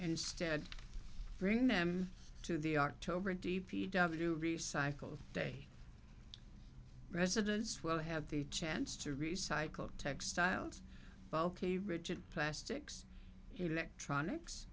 instead bring them to the october d p w recycle day residents will have the chance to recycle textiles bulky rigid plastics electronics